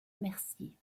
mercier